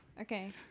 Okay